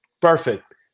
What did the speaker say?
Perfect